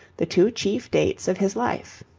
the two chief dates of his life.